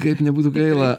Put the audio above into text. kaip nebūtų gaila